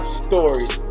stories